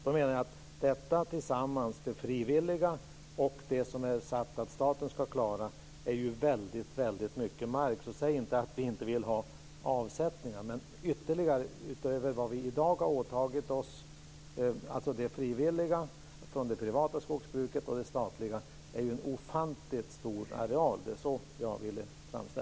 Då menar jag att detta tillsammans, det frivilliga och det som det är sagt att staten ska klara, är ju väldigt mycket mark. Så säg inte att vi inte vill ha avsättningar. Men ytterligare, utöver vad vi i dag har åtagit oss, alltså det frivilliga från det privata skogsbruket och det statliga, är det ju en ofantligt stor areal. Det var så jag ville framställa det.